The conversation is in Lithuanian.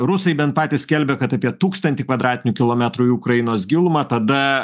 rusai bent patys skelbia kad apie tūkstantį kvadratinių kilometrų į ukrainos gilumą tada